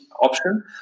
option